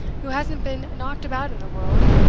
who hasn't been knocked about in the world,